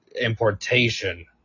importation